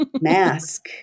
Mask